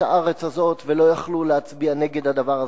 לארץ הזו ולא יכלו להצביע נגד הדבר הזה.